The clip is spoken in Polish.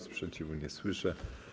Sprzeciwu nie słyszę.